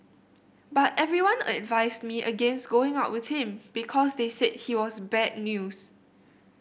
but everyone advised me against going out with him because they said he was bad news